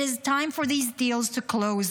It is time for these deals to close,